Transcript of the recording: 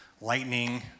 lightning